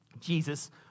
Jesus